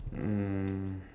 um